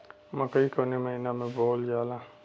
मकई कवने महीना में बोवल जाला?